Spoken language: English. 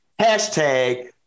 hashtag